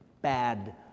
Bad